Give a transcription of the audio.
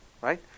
Right